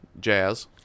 Jazz